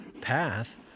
path